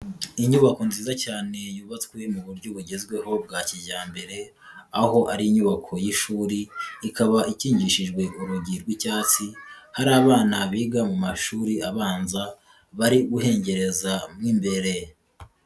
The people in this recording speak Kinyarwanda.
Inyubako nziza cyane, yubatswe mu buryo bugezweho bwa kijyambere, aho ari inyubako y'ishuri, ikaba ikingishijwe urugi rw'icyatsi, hari abana biga mu mashuri abanza, bari guhengereza mo imbere.